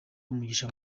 umugisha